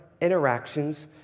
interactions